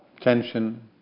tension